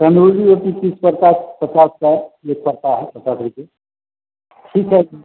तंदूरी रोटी पीस पड़ता है पचास का है एक पड़ता है पचास रुपये ठीक है